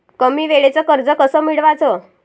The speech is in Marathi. कमी वेळचं कर्ज कस मिळवाचं?